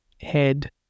Head